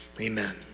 Amen